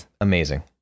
amazing